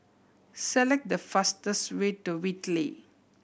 select the fastest way to Whitley